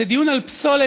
זה דיון על פסולת.